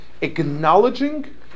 Acknowledging